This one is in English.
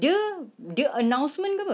dia dia announcement ke apa